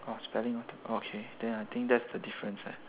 oh spelling okay then I think that's the difference right